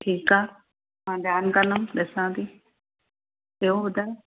ठीकु आह मां ध्यानु कंदमि ॾिसां थी ॿियो ॿुधायो